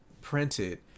printed